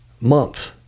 month